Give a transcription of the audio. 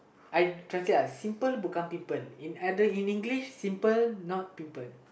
I translate uh simple pimple in other in English simple not pimple